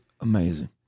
amazing